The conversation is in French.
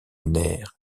nerfs